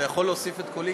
אתה יכול להוסיף את קולי?